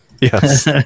Yes